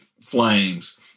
flames